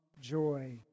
joy